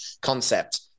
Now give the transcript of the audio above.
concept